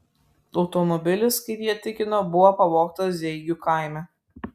automobilis kaip jie tikino buvo pavogtas zeigių kaime